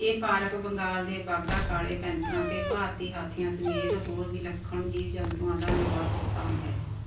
ਇਹ ਪਾਰਕ ਬੰਗਾਲ ਦੇ ਬਾਘਾਂ ਕਾਲੇ ਪੈਂਥਰਾਂ ਅਤੇ ਭਾਰਤੀ ਹਾਥੀਆਂ ਸਮੇਤ ਹੋਰ ਵਿਲੱਖਣ ਜੀਵ ਜੰਤੂਆਂ ਦਾ ਨਿਵਾਸ ਸਥਾਨ ਹੈ